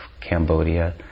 Cambodia